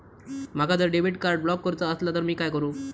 माका जर debit card block करूचा असला तर मी काय करू?